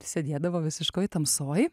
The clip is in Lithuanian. sėdėdavo visiškoj tamsoj